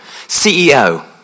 CEO